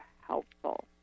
helpful